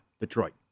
Detroit